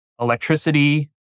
electricity